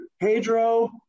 Pedro